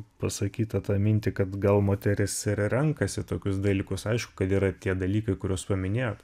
pasakytą tą mintį kad gal moteris ir renkasi tokius dalykus aišk kad yra tie dalykai kuriuos paminėjot